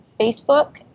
Facebook